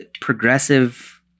progressive